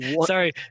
sorry